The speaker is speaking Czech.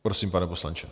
Prosím, pane poslanče.